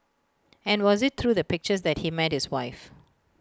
and was IT through the pictures that he met his wife